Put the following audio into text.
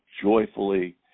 joyfully